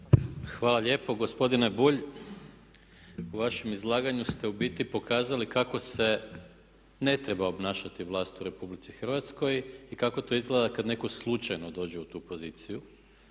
Hvala lijepo gospodine Bulj. U vašem izlaganju ste u biti pokazali kako se ne treba obnašati vlast u Republici Hrvatskoj i kako to izgleda kad netko slučajno dođe u tu poziciju